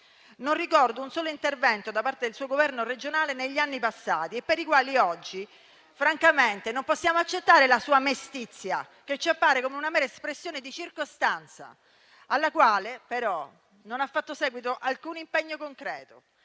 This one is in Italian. non ricordo un solo intervento da parte del suo Governo regionale negli anni passati e per il quale oggi, francamente, non possiamo accettare la sua mestizia, che ci appare come una mera espressione di circostanza alla quale non ha fatto seguito alcun impegno concreto.